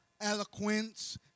eloquence